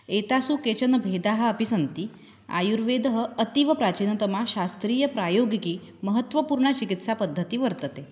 एतासु केचन भेदाः अपि सन्ति आयुर्वेदः अतीवप्राचीनतमा शास्त्रीयप्रायोगिकी महत्वपूर्णचिकित्सापद्धतिः वर्तते